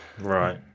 Right